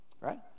right